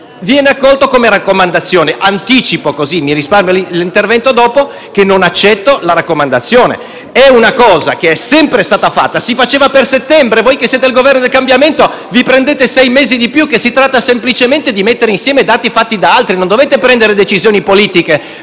viene accolta come raccomandazione. Anticipo - così mi risparmio di intervenire dopo - che non accetto sia accolto come raccomandazione. È una cosa che è sempre stata fatta, si faceva per settembre, voi che siete il Governo del cambiamento, vi prendete sei mesi di più, ma si tratta semplicemente di mettere insieme dati raccolti da altri, non dovete assumere decisioni politiche,